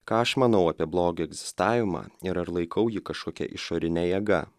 ką aš manau apie blogio egzistavimą ir ar laikau jį kažkokia išorine jėga